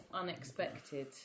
unexpected